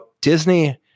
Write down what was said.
Disney